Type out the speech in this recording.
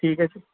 ঠিক আছে